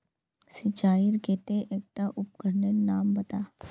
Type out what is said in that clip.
सिंचाईर केते एकटा उपकरनेर नाम बता?